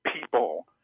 people